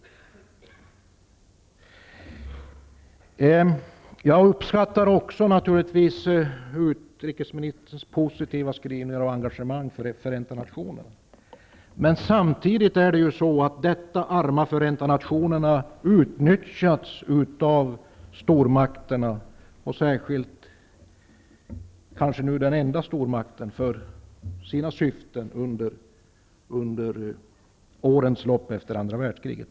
Naturligtvis uppskattar jag också utrikesministerns positiva skrivning och engagemang för Förenta nationerna. Men det arma Förenta nationerna har ju utnyttjats av stormakterna -- särskilt av kanske den nu enda kvarvarande stormakten -- för sina syften under åren efter andra världskriget.